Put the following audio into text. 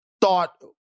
thought